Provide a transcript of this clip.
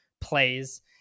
plays